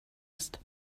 ist